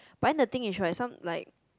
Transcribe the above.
but then the thing is right some like